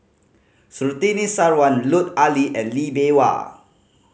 Surtini Sarwan Lut Ali and Lee Bee Wah